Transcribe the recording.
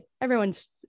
Everyone's